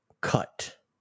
cut